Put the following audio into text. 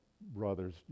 brothers